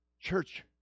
church